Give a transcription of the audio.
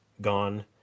gone